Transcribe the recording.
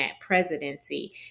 presidency